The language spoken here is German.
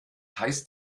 heißt